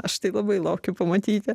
aš tai labai laukiu pamatyti